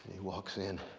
he walks in